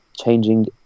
changing